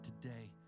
today